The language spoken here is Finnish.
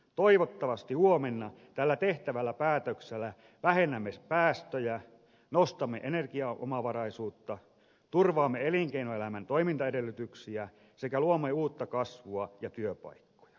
toivottavasti tällä huomenna tehtävällä päätöksellä vähennämme päästöjä nostamme energiaomavaraisuutta turvaamme elinkeinoelämän toimintaedellytyksiä sekä luomme uutta kasvua ja työpaikkoja